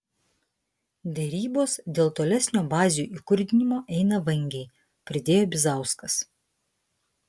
derybos dėl tolesnio bazių įkurdinimo eina vangiai pridėjo bizauskas